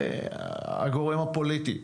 זה הגורם הפוליטי.